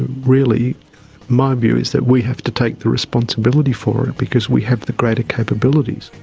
really my view is that we have to take the responsibility for it because we have the greater capabilities.